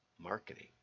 marketing